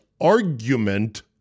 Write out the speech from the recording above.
argument